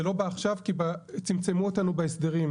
זה לא בא עכשיו, כי צמצמו אותנו בהסדרים.